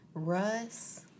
russ